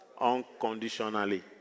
Unconditionally